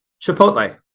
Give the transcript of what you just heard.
Chipotle